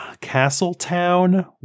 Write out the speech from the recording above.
Castletown